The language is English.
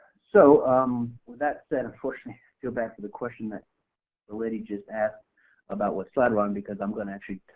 so um with that said unfortunately, feel bad for the question the lady just asked about what slide we're on because i'm going to actually